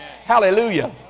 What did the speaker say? Hallelujah